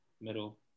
middle